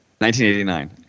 1989